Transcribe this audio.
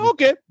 Okay